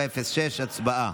706. הצבעה.